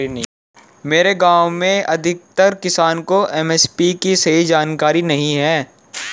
मेरे गांव में अधिकतर किसान को एम.एस.पी की सही जानकारी नहीं है